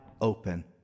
open